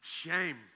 Shame